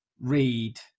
read